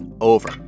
over